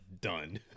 Done